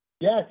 Yes